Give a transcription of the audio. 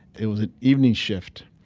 it was an evening shift.